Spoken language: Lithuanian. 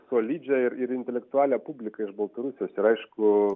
solidžią ir ir intelektualią publiką iš baltarusijos ir aišku